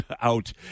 out